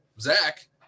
Zach